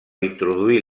introduir